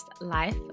life